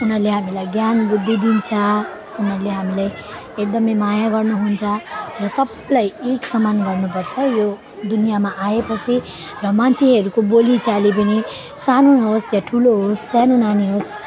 उनीहरूले हामीलाई ज्ञान बुद्धि दिन्छ उनीहरूले हामीलाई एकदमै माया गर्नुहुन्छ र सबलाई एक समान गर्नुपर्छ र यो दुनियाँमा आएपछि र मान्छेहरूको बोलीचाली पनि सानो होस् या ठुलो होस् सानो नानी होस्